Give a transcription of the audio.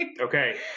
Okay